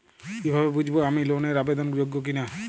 কীভাবে বুঝব আমি লোন এর আবেদন যোগ্য কিনা?